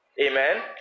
Amen